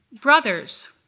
Brothers